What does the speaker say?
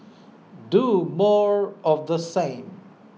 do more of the same